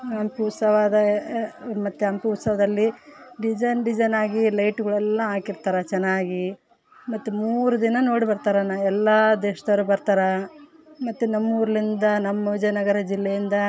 ಹಂಪಿ ಉತ್ಸವಾದಯೇ ಮತ್ತು ಹಂಪಿ ಉತ್ಸವದಲ್ಲಿ ಡಿಸೈನ್ ಡಿಸೈನ್ ಆಗಿ ಲೈಟ್ಗಳೆಲ್ಲ ಹಾಕೀರ್ತರ ಚೆನ್ನಾಗಿ ಮತ್ತು ಮೂರು ದಿನ ನೋಡಿಬರ್ತಾರೆ ಎಲ್ಲ ದೇಶದವರು ಬರ್ತಾರೆ ಮತ್ತು ನಮ್ಮ ಊರಿನಿಂದ ನಮ್ಮ ವಿಜಯನಗರ ಜಿಲ್ಲೆಯಿಂದ